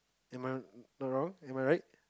am I not wrong am I right